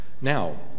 Now